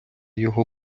його